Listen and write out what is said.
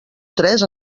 tres